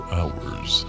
hours